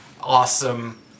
awesome